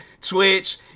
twitch